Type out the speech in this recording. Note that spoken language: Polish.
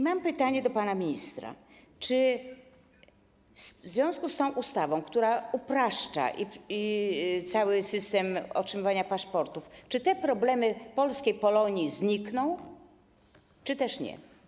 Mam pytanie do pana ministra: Czy w związku z tą ustawą, która upraszcza cały system otrzymywania paszportów, te problemy polskiej Polonii znikną czy też nie?